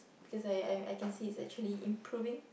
because I I I can see its actually improving